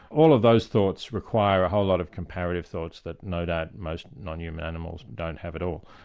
all of those thoughts require a whole lot of comparative thoughts that no doubt most non-human animals don't have at all.